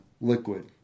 liquid